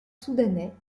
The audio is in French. soudanais